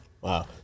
Wow